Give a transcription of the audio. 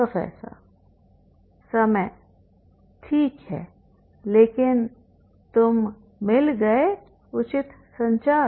professor समय ठीक है लेकिन तुम मिल गए उचित संचार